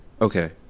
okay